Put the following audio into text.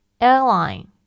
Airline